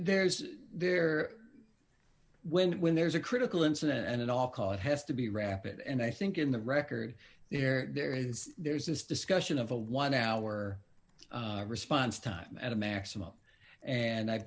there is there when when there's a critical incident and it all call it has to be rapid and i think in the record there is there is this discussion of a one hour response time at a maximum and i